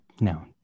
No